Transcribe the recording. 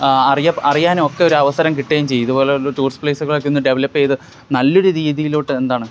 അറിയാ അറിയാനൊക്കെ ഒരവസരം കിട്ടുകയും ചെയ്യും ഇതുപോലൊരു ടൂറിസ്റ്റ് പ്ലേസുകൾ ഒക്കെ ഒന്ന് ഡെവലപ്പ് ചെയ്ത് നല്ലൊരു രീതിയിലോട്ട് എന്താണ്